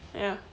ya